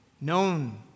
known